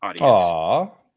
audience